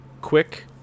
quick